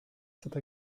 stata